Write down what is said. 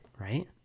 right